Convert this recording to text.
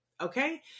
Okay